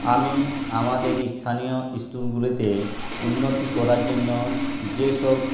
আমি আমাদের স্থানীয় স্কুলগুলিতে উন্নতি করার জন্য যেসব